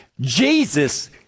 Jesus